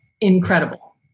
Incredible